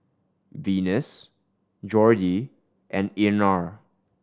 Venus Jordy and Einar